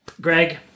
Greg